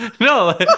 No